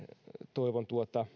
toivon